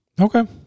okay